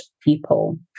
people